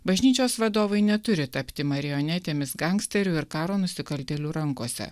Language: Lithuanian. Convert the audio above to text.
bažnyčios vadovai neturi tapti marionetėmis gangsterių ir karo nusikaltėlių rankose